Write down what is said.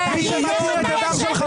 הגב.